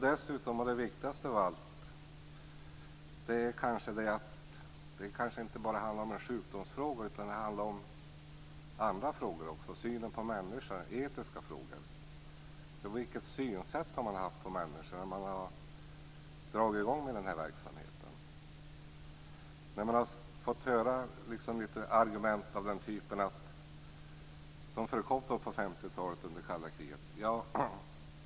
Det viktigaste av allt är dock att det kanske inte bara är en sjukdomsfråga utan även handlar om andra, etiska frågor som t.ex. synen på människan. Vilket sätt att se på människan har man haft när man dragit i gång denna verksamhet? Vi har hört den typ av argument som förekom på 50-talet under det kalla kriget.